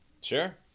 Sure